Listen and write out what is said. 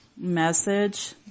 message